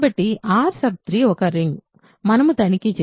కాబట్టి R3 ఒక ring మనము తనిఖీ చేసాము